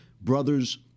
Brothers